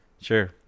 Sure